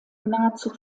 nahezu